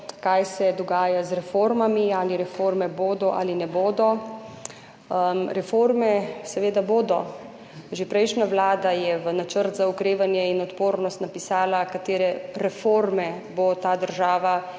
kaj se dogaja z reformami, ali reforme bodo ali ne bodo. Reforme seveda bodo, že prejšnja vlada je v Načrt za okrevanje in odpornost napisala, katere reforme bo ta država